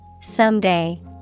Someday